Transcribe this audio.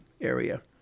area